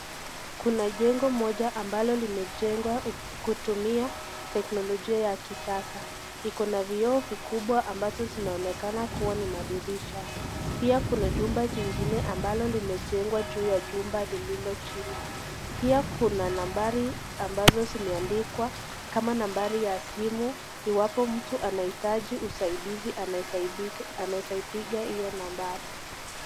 Kuna jengo moja ambalo limejengwa kutumia teknolojia ya kisasa. Liko na vioo vikubwa ambazo zinaonekana kuwa ni madirisha. Pia kuna jumba jingine ambalo limejengwa juu ya jumba lililo chini. Pia kuna nambari ambazo zimeandikwa kama nambari ya simu iwapo mtu anahitaji usaidizi anayeweza ipiga hiyo nambari.